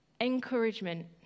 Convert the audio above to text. Encouragement